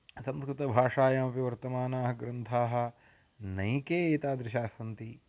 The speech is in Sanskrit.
संस्कृतभाषायामपि वर्तमानाः ग्रन्थाः अनेके एतादृशाः सन्ति